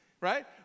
right